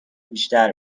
بیشتر